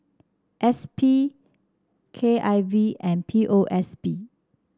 S P K I V and P O S B